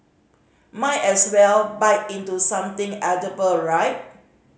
might as well bite into something edible right